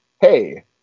Hey